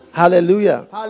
hallelujah